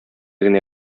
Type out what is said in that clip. генә